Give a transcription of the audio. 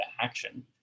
action